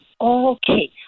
Okay